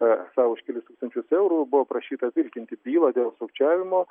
esą už kelis tūkstančius eurų buvo prašyta vilkinti bylą dėl sukčiavimo